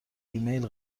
ایمیل